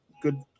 Good